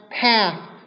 path